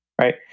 right